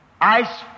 Ice